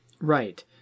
Right